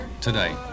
today